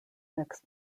next